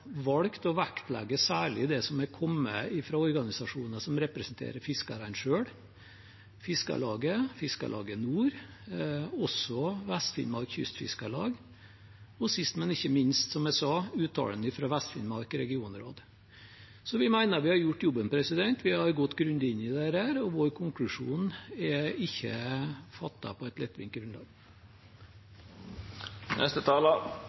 valgt å vektlegge særlig det som er kommet fra organisasjoner som representerer fiskerne selv: Fiskarlaget, Fiskarlaget Nord, Vest-Finnmark Kystfiskarlag og sist, men ikke minst, som jeg sa, uttalelsen fra Vest-Finnmark regionråd. Så vi mener vi har gjort jobben. Vi har gått grundig inn i dette, og vår konklusjon er ikke fattet på et